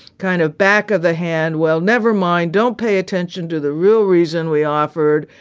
kind of back of the hand. well, never mind. don't pay attention to the real reason we offered.